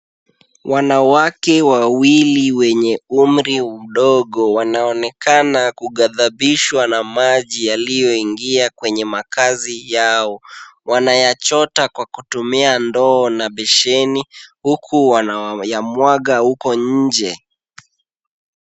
Wanawake wawili wenye umri mdogo, wanaonekana kugadhabishwa na maji yaliyoingia kwenye makazi yao. Wanayachota kwa kutumia ndoo na besheni huku wanayamwaga huko nje.